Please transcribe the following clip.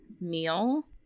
meal